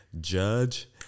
Judge